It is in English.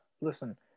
Listen